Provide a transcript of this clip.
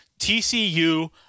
TCU